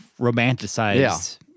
romanticized